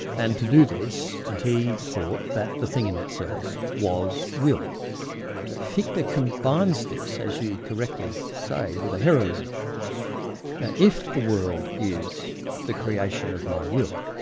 and to do this, he thought that the thing in itself was will. that fichte combines this, as you correctly say, with a heroism that if the world is the creation of my will,